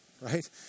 right